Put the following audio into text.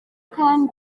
kandi